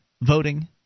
voting